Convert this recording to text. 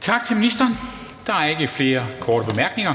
Tak til ministeren. Der er ikke flere korte bemærkninger.